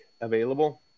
available